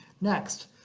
next,